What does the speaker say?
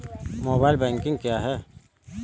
Mobile banking क्या है?